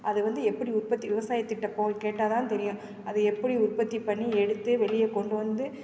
அது வந்து எப்படி உற்பத்தி விவசாயிக்கிட்ட போய் கேட்டால் தான் தெரியும் அது எப்படி உற்பத்தி பண்ணி எடுத்து வெளியே கொண்டு வந்து